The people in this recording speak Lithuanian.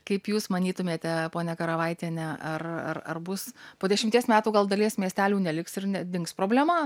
kaip jūs manytumėte ponia karavaitiene ar ar ar bus po dešimties metų gal dalies miestelių neliks ir ne dings problema